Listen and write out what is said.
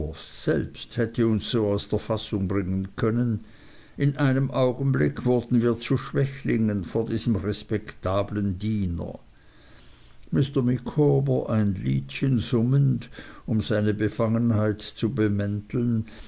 selbst hätte uns so aus der fassung bringen können in einem augenblick wurden wir zu schwächlingen vor diesem respektablen diener mr micawber ein liedchen summend um seine befangenheit zu bemänteln